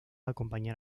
acompañar